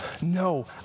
No